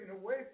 away